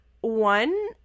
One